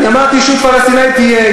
אני אמרתי, ישות פלסטינית תהיה.